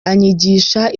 anyigisha